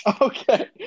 okay